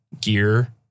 gear